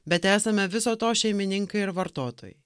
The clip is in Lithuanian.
bet esame viso to šeimininkai ir vartotojai